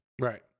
Right